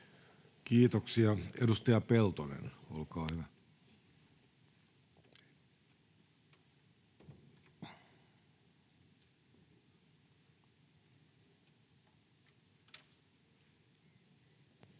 Kiitoksia. — Edustaja Peltonen, olkaa hyvä.